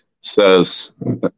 says